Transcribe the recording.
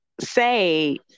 say